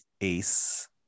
ace